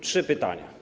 Trzy pytania.